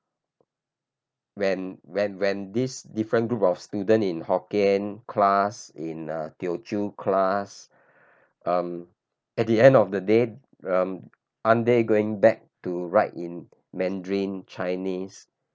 when when when these different group of student in Hokkien class in uh Teochew class um at the end of the day err aren't going back to write in Mandarin Chinese